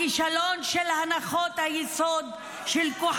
נחלת אבותינו.